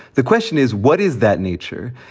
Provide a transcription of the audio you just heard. the question is, what is that nature?